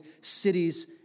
cities